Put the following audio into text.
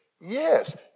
Yes